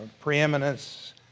preeminence